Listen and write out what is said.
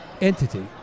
entity